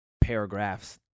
paragraphs